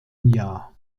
jahr